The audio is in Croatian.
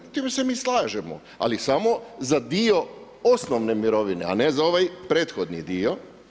S time se mi slažemo, ali samo za dio osnovne mirovine, a ne za ovaj prethodni dio.